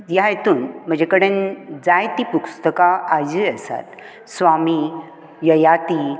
ह्या हितूंत म्हजे कडेन जायती पुस्तकां हाचेर आसात स्वामी ययाती